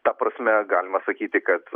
ta prasme galima sakyti kad